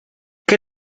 qué